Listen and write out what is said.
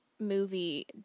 movie